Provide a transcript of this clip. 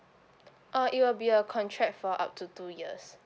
uh it will be a contract for up to two years